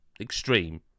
extreme